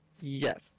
Yes